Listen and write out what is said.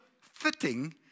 fitting